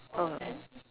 oh